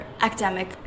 academic